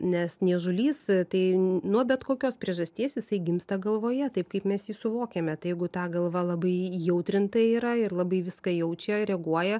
nes niežulys tai nuo bet kokios priežasties jisai gimsta galvoje taip kaip mes jį suvokiame tai jeigu ta galva labai įjautrinta yra ir labai viską jaučia reaguoja